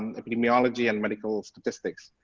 and epidemiology and medical statistics.